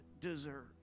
deserve